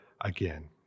again